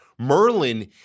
Merlin